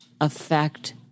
affect